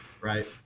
right